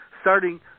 starting